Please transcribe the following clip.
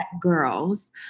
girls